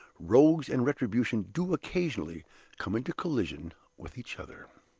rogues and retribution do occasionally come into collision with each other.